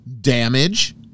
damage